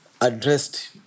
addressed